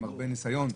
עם הרבה ניסיון.